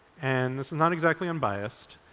and this is not exactly unbiased,